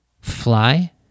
fly